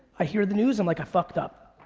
i hear the news i'm like i fucked up.